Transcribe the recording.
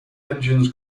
engines